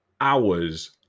hours